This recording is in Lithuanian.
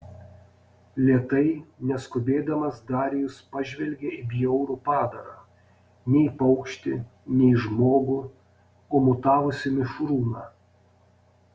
lėtai neskubėdamas darijus pažvelgė į bjaurų padarą nei paukštį nei žmogų o mutavusį mišrūną